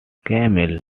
camille